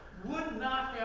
would not